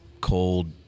cold